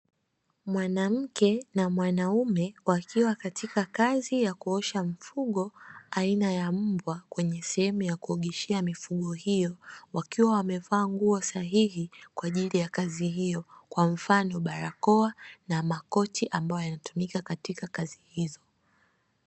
Mwanamke na mwanaume wakiwa katika kazi ya kuosha mfugo aina ya mbwa, kwenye sehemu ya kuogeshea mifugo hiyo, wakiwa wamevaa nguo sahihi kwa ajili ya kazi hiyo, kwa mfano barakoa na makoti ambayo yanatumika katika kazi hizo.